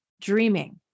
dreaming